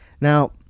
Now